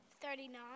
Thirty-nine